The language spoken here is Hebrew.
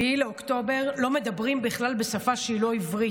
באוקטובר לא מדברים בכלל בשפה שהיא לא עברית.